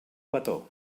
petó